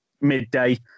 midday